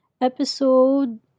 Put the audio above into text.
Episode